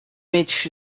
mieć